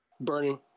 Burning